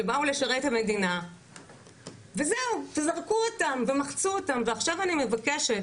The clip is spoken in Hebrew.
שבאו לשרת את המדינה וזהו וזרקו אותן ומחצו אותן ועכשיו אני מבקשת,